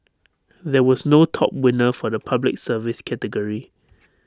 there was no top winner for the Public Service category